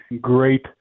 great